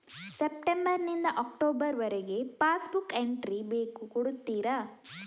September ನಿಂದ October ವರಗೆ pass book entry ಬೇಕು ಕೊಡುತ್ತೀರಾ?